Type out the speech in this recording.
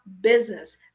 business